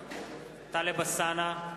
נוכח טלב אלסאנע,